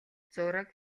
зураг